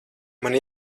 man